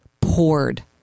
poured